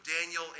Daniel